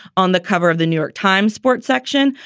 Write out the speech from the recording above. on the cover of the new york times sports section,